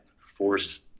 force